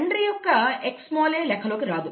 తండ్రి యొక్క Xa లెక్కలోకి రాదు